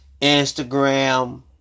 Instagram